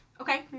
Okay